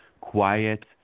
quiet